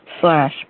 slash